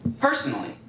Personally